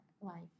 life